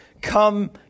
come